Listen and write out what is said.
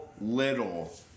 little